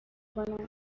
کنم